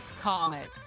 comet